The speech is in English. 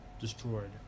destroyed